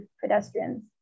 pedestrians